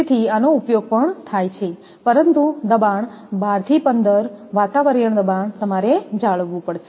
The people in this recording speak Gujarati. તેથી આનો ઉપયોગ પણ થાય છે પરંતુ દબાણ 12 થી 15 વાતાવરણીય દબાણ તમારે જાળવવું પડશે